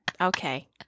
okay